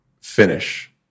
finish